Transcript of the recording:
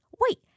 wait